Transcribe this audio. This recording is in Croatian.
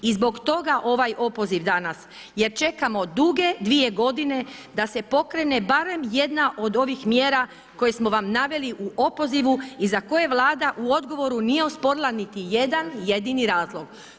I zbog toga ovaj opoziv danas jer čekamo duge 2 godine da se pokrene barem jedna od ovih mjera koje smo vam naveli u opozivu i za koje Vlada u odgovoru nije osporila niti jedan jedini razlog.